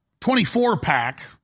24-pack